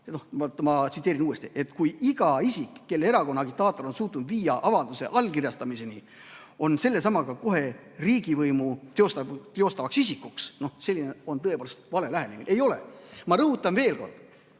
ma tsiteerin uuesti: "... et iga isik, kelle erakonna agitaator on suutnud viia avalduse allkirjastamiseni, on sellesamaga kohe riigivõimu teostada sooviv isik" – see on tõepoolest vale lähenemine. Ei ole! Ma rõhutan veel kord,